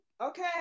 okay